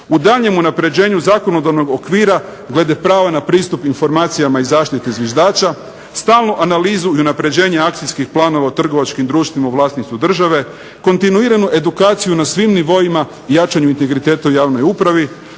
u daljnjem unapređenju zakonodavnog okvira glede prava na pristup informacijama i zaštiti zviždača, stalnu analizu i unapređenje akcijskih planova u trgovačkim društvima u vlasništvu države, kontinuiranu edukaciju na svim nivoima i jačanju integriteta u javnoj upravi,